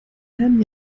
herrn